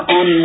on